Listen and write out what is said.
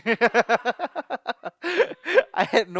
I had no